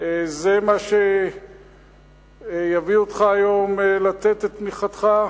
זה מה שיביא אותך היום לתת את תמיכתך?